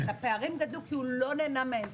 אז הפערים גדלו כי הוא לא נהנה מהן,